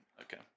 Okay